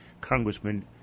Congressman